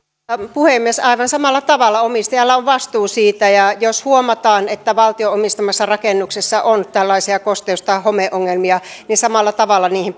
puhemies aivan samalla tavalla omistajalla on vastuu siitä ja jos huomataan että valtion omistamassa rakennuksessa on tällaisia kosteus tai homeongelmia niin samalla tavalla niihin